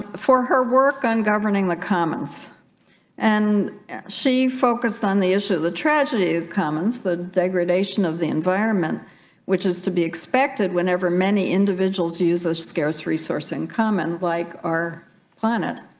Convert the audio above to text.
for her work on governing the commons and she focused on the issue of the tragedy of commons the degradation of the environment which is to be expected whenever many individuals use a scarce resource in common like our planet